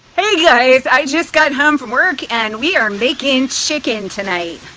hey guys, i just got home from work and we are making chicken tonight.